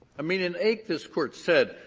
i mean, in ake this court said,